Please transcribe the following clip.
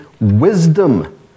wisdom